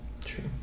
True